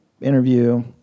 interview